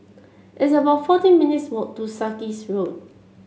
it's about fourteen minutes' walk to Sarkies Road